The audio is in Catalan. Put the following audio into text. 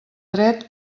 dret